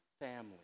family